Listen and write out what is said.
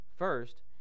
First